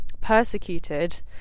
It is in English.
persecuted